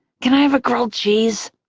can i have a grilled cheese?